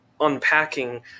unpacking